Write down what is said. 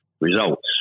results